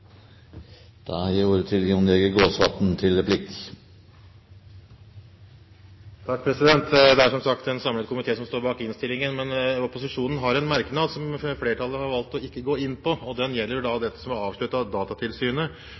Det er som sagt en samlet komité som står bak innstillingen, men opposisjonen har en merknad som flertallet har valgt ikke å gå inn på. Den gjelder dette som er avslørt av Datatilsynet